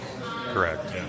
Correct